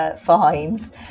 fines